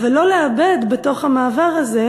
אבל לא לאבד בתוך המעבר את הזה